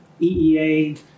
EEA